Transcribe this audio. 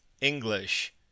English